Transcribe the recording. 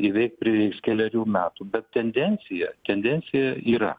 įveikt prireiks kelerių metų bet tendencija tendencija yra